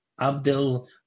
Abdel